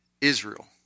Israel